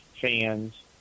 fans